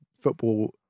football